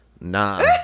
nah